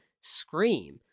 Scream